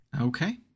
Okay